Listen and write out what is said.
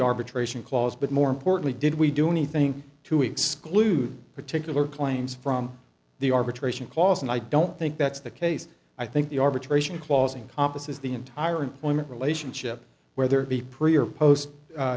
arbitration clause but more importantly did we do anything to exclude particular claims from the arbitration clause and i don't think that's the case i think the arbitration clause in office is the entire employment relationship whether the pre or post